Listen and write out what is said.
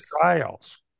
trials